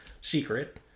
secret